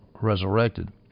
resurrected